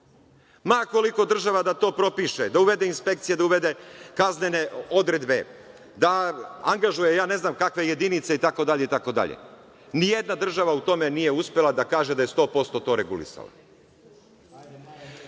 Ma koliko država to da propiše, da uvede inspekcije da uvede kaznene odredbe, da angažuje ne znam kakve jedinice itd, itd, nijedna država u tome nije uspela da kaže da je 100% to regulisala. Verujte